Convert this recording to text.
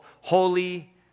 holy